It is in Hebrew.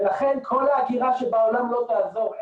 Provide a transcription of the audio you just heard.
לכן כל האגירה שבעולם לא תעזור.